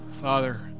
Father